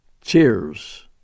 Cheers